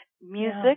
music